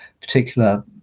particular